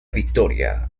victoria